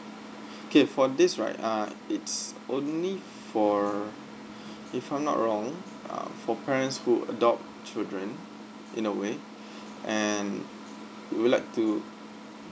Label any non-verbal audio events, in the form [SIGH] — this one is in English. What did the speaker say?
[BREATH] okay for this right uh it's only for [BREATH] if I'm not wrong uh for parents who adopt children in a way [BREATH] and would like to